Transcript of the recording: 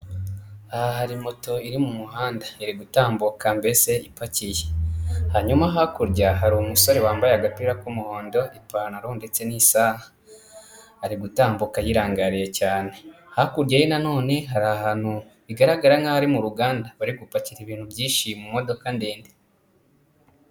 Aha hari moto iri mu muhanda iri gutambuka mbese ipakiye. Hanyuma hakurya hari umusore wambaye agapira k'umuhondo, ipantaro ndetse n'isaha. Ari gutambuka yirangariye cyane. Hakurya ye na none hari ahantu bigaragara nkaho ari mu ruganda bari gupakira ibintu byinshi mu modoka ndende.